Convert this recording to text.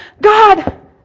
God